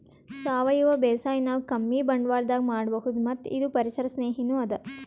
ಸಾವಯವ ಬೇಸಾಯ್ ನಾವ್ ಕಮ್ಮಿ ಬಂಡ್ವಾಳದಾಗ್ ಮಾಡಬಹುದ್ ಮತ್ತ್ ಇದು ಪರಿಸರ್ ಸ್ನೇಹಿನೂ ಅದಾ